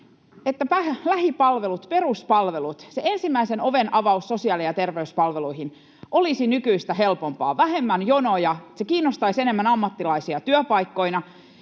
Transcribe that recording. että lähipalvelut, peruspalvelut, se ensimmäisen oven avaus sosiaali- ja terveyspalveluihin, olisivat nykyistä helpompia, olisi vähemmän jonoja, se kiinnostaisi enemmän ammattilaisia työpaikkoina,